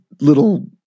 little